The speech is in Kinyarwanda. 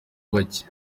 bake